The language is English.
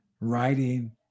writing